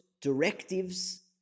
directives